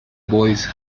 voice